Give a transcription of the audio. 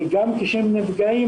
וגם כשהם נפגעים